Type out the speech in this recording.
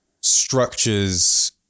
structures